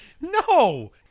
No